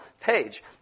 page